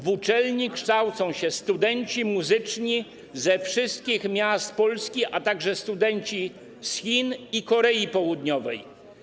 Na uczelni kształcą się studenci muzyczni ze wszystkich miast Polski, a także studenci z Chin i Korei Południowej.